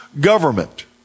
government